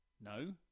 No